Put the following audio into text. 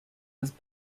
was